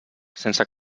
sense